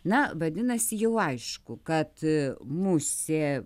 na vadinasi jau aišku kad musė